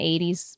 80s